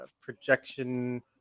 projection –